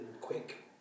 quick